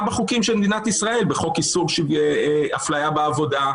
גם בחוקים של מדינת ישראל: חוק איסור אפליה בעבודה,